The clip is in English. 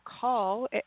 call